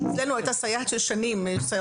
אצלנו הייתה סייעת שש שנים.